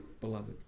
beloved